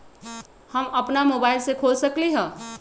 हम अपना मोबाइल से खोल सकली ह?